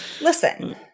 Listen